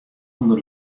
ûnder